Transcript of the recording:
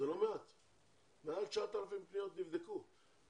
מה שאני ביקשתי מרשות האוכלוסין שהמייל יופץ לכל הלשכות בכל הארץ.